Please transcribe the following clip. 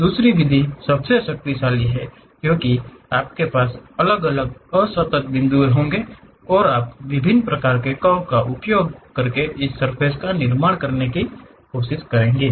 दूसरी विधि सबसे शक्तिशाली है क्योंकि आपके पास अलग अलग असतत बिंदु होंगे और आप विभिन्न प्रकार के कर्व का उपयोग करके सर्फ़ेस के निर्माण का प्रयास करेंगे